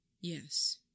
Yes